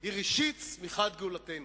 היא ראשית צמיחת גאולתנו.